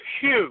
huge